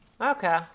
Okay